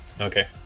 Okay